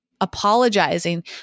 apologizing